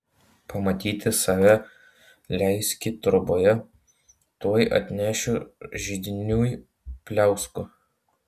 pamatyti save leiski troboje tuoj atnešiu židiniui pliauskų